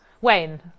Wayne